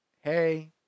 Hey